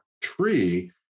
tree